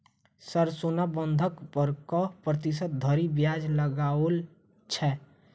Sir सोना बंधक पर कऽ प्रतिशत धरि ब्याज लगाओल छैय?